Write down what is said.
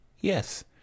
Yes